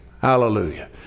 Hallelujah